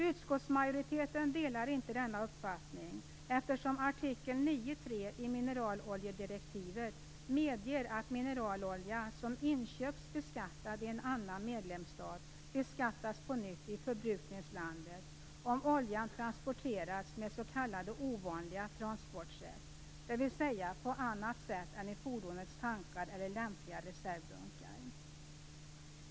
Utskottsmajoriteten delar inte denna uppfattning, eftersom artikel 9.3 i mineraloljedirektivet medger att mineralolja som inköpts beskattad i en annan medlemsstat beskattas på nytt i förbrukningslandet om oljan transporterats på s.k. ovanliga transportsätt, dvs. på annat sätt än i fordonets tankar eller i lämpliga reservdunkar.